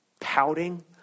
Pouting